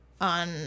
on